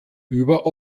über